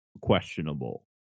questionable